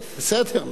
בסדר, מה זה.